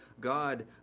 God